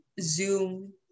Zoom